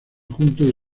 juntos